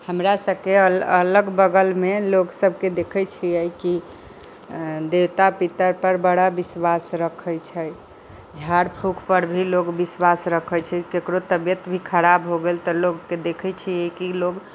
हमरासबके अलग बगलमे लोकसबके देखै छिए कि देवता पितरपर बड़ा विश्वास रखै छै झाड़ फूकपर भी लोक विश्वास रखै छै ककरो तबिअत भी खराब हो गेल तऽ लोकके देखै छिए कि लोक